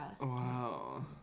Wow